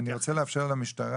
אני רוצה לאפשר למשטרה,